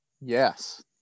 yes